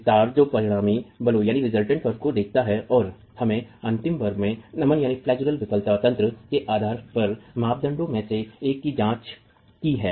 विस्तार जो परिणामी बलों को देखता है और हमने अंतिम वर्ग में नमन विफलता तंत्र के आधार पर मानदंडों में से एक की जांच की है